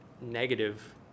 negative